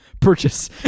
purchase